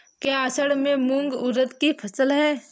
क्या असड़ में मूंग उर्द कि फसल है?